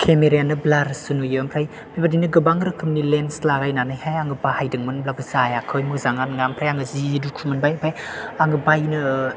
केमेरायानो ब्लारसो नुयो ओमफ्राय बेबादिनो गोबां रोखोमनि लेन्स लागायनानैहाय आं बाहायदोंमोन होनब्लाबो जायाखै मोजाङानो नङा ओमफ्राय आं जि दुखु मोनबाय ओमफ्राय आं बायनो